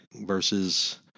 versus